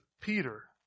Peter